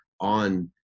on